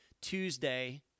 Tuesday